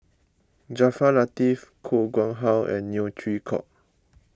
Jaafar Latiff Koh Nguang How and Neo Chwee Kok